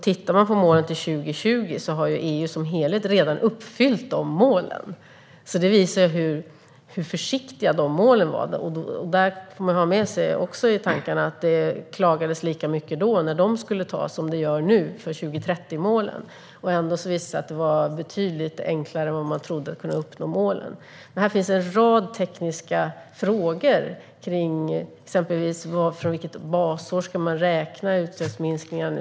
Tittar man på målen till 2020 ser man att EU som helhet redan har uppfyllt dem, vilket ju visar hur försiktiga de målen var. Man får ha i åtanke att det klagades lika mycket när de skulle antas som det görs nu när det gäller 2030-målen. Ändå visar det sig att det var betydligt enklare än man trodde att uppnå målen. Det finns en rad tekniska frågor, exempelvis från vilket basår man ska räkna utsläppsminskningar.